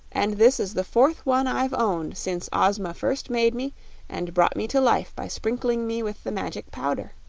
and this is the fourth one i've owned since ozma first made me and brought me to life by sprinkling me with the magic powder.